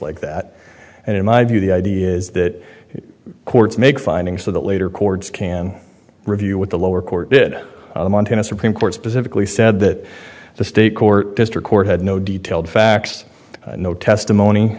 like that and in my view the idea is that courts make findings so that later chords can review what the lower court did montana supreme court specifically said that the state court district court had no detailed facts no testimony